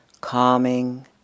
calming